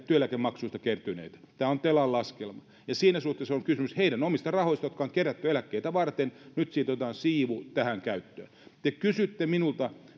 työeläkemaksuista kertyneitä tämä on telan laskelma siinä suhteessa on kysymys heidän omista rahoistaan jotka on kerätty eläkkeitä varten nyt siitä otetaan siivu tähän käyttöön te kysytte minulta